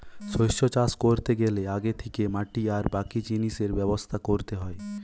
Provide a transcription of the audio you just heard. শস্য চাষ কোরতে গ্যালে আগে থিকে মাটি আর বাকি জিনিসের ব্যবস্থা কোরতে হয়